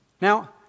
Now